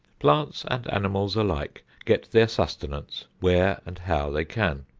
plants and animals alike get their sustenance where and how they can.